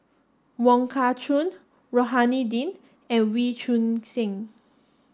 Wong Kah Chun Rohani Din and Wee Choon Seng